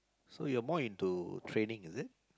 so you're more into trading is it